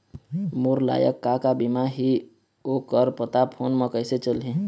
मोर लायक का का बीमा ही ओ कर पता फ़ोन म कइसे चलही?